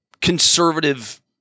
conservative